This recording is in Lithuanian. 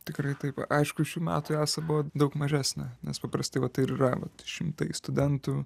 tikrai taip aišku šių metų easa buvo daug mažesnė nes paprastai vat tai ir yra šimtais studentų